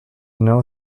know